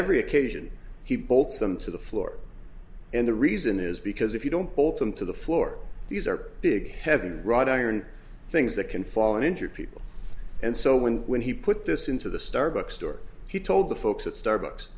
every occasion he bowled some to the floor and the reason is because if you don't bolt them to the floor these are big heavy wrought iron things that can fall and injure people and so when when he put this into the starbucks store he told the folks at starbucks